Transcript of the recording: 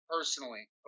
personally